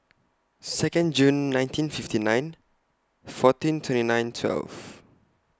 Second June nineteen fifty nine fourteen twenty nine twelve